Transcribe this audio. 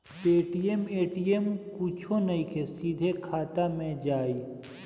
Paytm ATM कुछो नइखे, सीधे खाता मे जाई